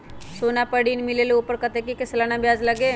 सोना पर ऋण मिलेलु ओपर कतेक के सालाना ब्याज लगे?